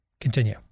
Continue